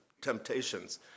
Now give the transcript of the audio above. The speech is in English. temptations